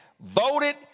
voted